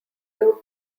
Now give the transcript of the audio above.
two